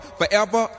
forever